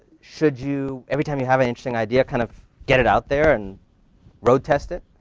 should you, every time you have an interesting idea, kind of get it out there and road test it?